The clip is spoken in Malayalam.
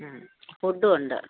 ഫുഡുവുണ്ട്